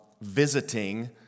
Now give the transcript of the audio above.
visiting